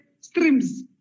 streams